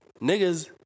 niggas